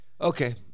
Okay